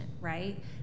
right